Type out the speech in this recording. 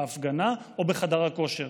בהפגנה או בחדר הכושר.